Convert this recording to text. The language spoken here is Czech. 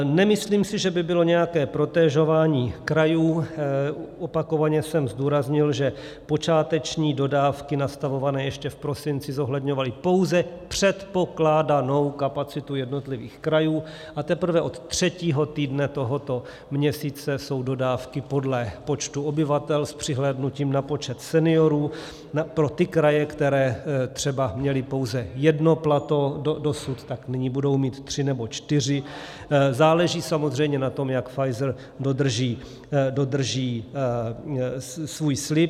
Nemyslím si, že by bylo nějaké protežování krajů, opakovaně jsem zdůraznil, že počáteční dodávky nastavované ještě v prosinci zohledňovaly pouze předpokládanou kapacitu jednotlivých krajů, a teprve od třetího týdne tohoto měsíce jsou dodávky podle počtu obyvatel s přihlédnutím na počet seniorů pro ty kraje, které třeba měly pouze jedno plato dosud, tak nyní budou mít tři nebo čtyři, záleží samozřejmě na tom, jak Pfizer dodrží svůj slib.